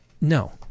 No